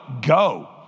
go